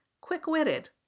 quick-witted